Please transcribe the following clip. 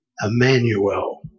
Emmanuel